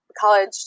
college